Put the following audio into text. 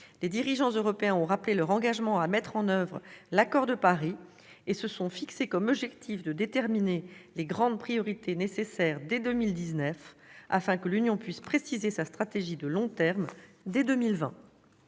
les dirigeants européens ont répété leur engagement à mettre en oeuvre l'accord de Paris et se sont fixé comme objectif de déterminer les grandes priorités nécessaires dès 2019, afin que l'Union puisse préciser sa stratégie de long terme dès 2020.